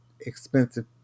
expensive